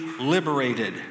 liberated